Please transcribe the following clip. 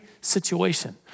situation